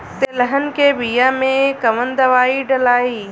तेलहन के बिया मे कवन दवाई डलाई?